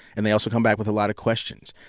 and they also come back with a lot of questions.